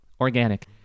organic